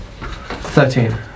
Thirteen